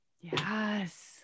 yes